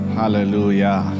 hallelujah